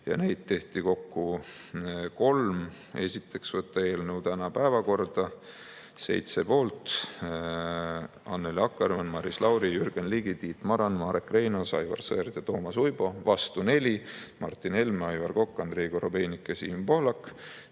ja neid tehti kokku kolm. Esiteks, võtta eelnõu täna päevakorda. 7 poolt: Annely Akkermann, Maris Lauri, Jürgen Ligi, Tiit Maran, Marek Reinaas, Aivar Sõerd ja Toomas Uibo, 4 vastu: Martin Helme, Aivar Kokk, Andrei Korobeinik ja Siim Pohlak.